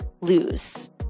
lose